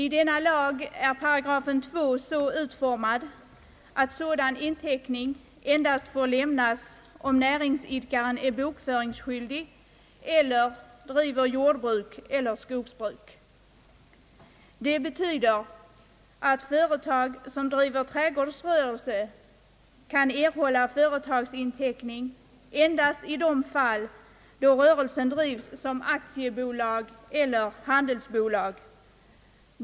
I denna lag är 2 § så utformad, att sådan inteckning endast får meddelas om näringsidkaren är bokföringsskyldig eller driver jordbruk eller skogsbruk. Det betyder att företag som driver trädgårdsrörelse kan erhålla företagsinteckning endast i de fall då rörelsen drivs som aktiebolag eller handelsbolag.